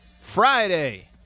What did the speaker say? Friday